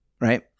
right